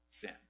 sin